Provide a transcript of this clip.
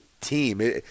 team